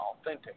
authentic